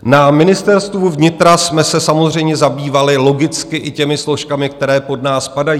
Na Ministerstvu vnitra jsme se samozřejmě zabývali logicky i těmi složkami, které pod nás spadají.